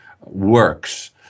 works